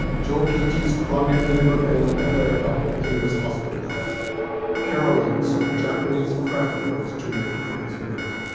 jokichi's chronic liver ailment flared up and he was hospitalized caroline sold japanese craft works to make ends meet.